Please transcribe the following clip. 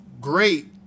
great